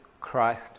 Christ